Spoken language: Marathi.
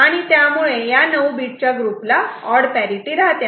आणि त्यामुळे या 9 बीट च्या ग्रुपला ऑड पॅरिटि राहते